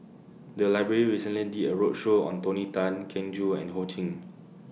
The Library recently did A roadshow on Tony Tan Keng Joo and Ho Ching